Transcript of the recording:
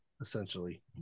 essentially